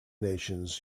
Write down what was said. nations